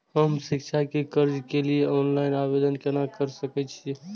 हम शिक्षा के कर्जा के लिय ऑनलाइन आवेदन केना कर सकल छियै?